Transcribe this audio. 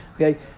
Okay